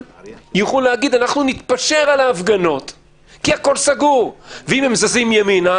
ואני אדבר על ההפגנה שתי מילים,